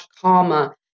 karma